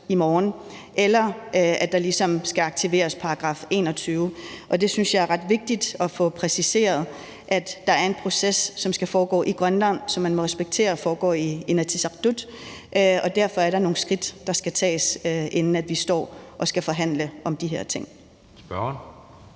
i morgen, eller fordi § 21 skal aktiveres. Jeg synes, det er ret vigtigt at få præciseret, at der er en proces, som skal foregå i Grønland, og som man må respektere foregår i Inatsisartut, og derfor er der nogle skridt, der skal tages, inden vi står og skal forhandle om de her ting. Kl.